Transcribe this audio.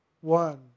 One